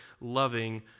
loving